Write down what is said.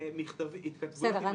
התכתבויות עם אנשים ש --- בסדר,